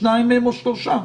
שניים מהם או שלושה,